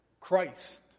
Christ